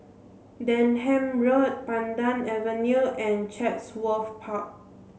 Denham Road Pandan Avenue and Chatsworth Park